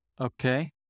Okay